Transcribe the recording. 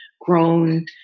grown